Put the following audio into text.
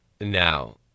now